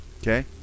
Okay